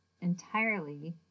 entirely